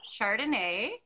Chardonnay